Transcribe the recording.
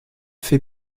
fait